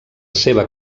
seva